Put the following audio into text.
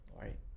right